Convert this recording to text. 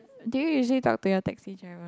do you usually talk to your taxi driver